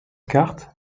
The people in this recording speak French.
carte